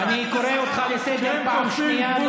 אני קורא אותך לסדר פעם שנייה.